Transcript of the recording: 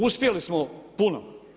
Uspjeli smo puno.